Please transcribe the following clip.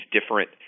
different